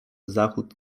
zachód